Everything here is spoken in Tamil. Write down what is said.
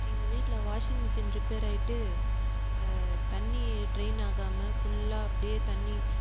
எங்கள் வீட்டில் வாஷிங் மிஷின் ரிப்பேர் ஆகிட்டு தண்ணி ட்ரெயின் ஆகாமல் ஃபுல்லாக அப்படியே தண்ணி